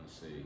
See